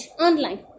online